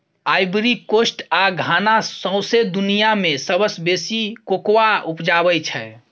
Ivory Coast आ Ghana सौंसे दुनियाँ मे सबसँ बेसी कोकोआ उपजाबै छै